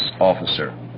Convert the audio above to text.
officer